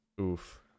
Oof